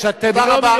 טוב,